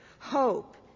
hope